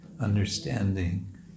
understanding